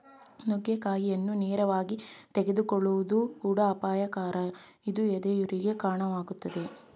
ನುಗ್ಗೆಕಾಯಿಯನ್ನು ನೇರವಾಗಿ ತೆಗೆದುಕೊಳ್ಳುವುದು ಕೂಡ ಅಪಾಯಕರ ಇದು ಎದೆಯುರಿಗೆ ಕಾಣವಾಗ್ತದೆ